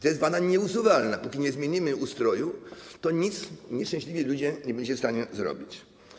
To jest wada nieusuwalna, póki nie zmienimy ustroju, to nic nieszczęśliwi ludzie nie będziecie w stanie zrobić.